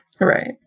Right